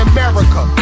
America